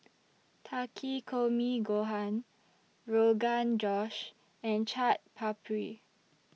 Takikomi Gohan Rogan Josh and Chaat Papri